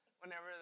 Whenever